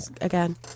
again